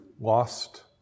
lost